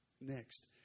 next